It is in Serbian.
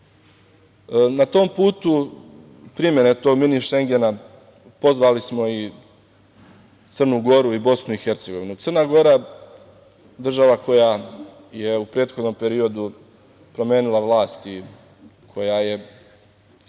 tom putu primene tog „mini šengena“, pozvali smo i Crnu Goru i Bosnu i Hercegovinu. Crna Gora, država koja je u prethodnom periodu promenila vlast koja je